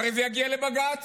הרי זה יגיע לבג"ץ,